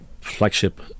flagship